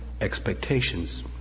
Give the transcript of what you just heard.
expectations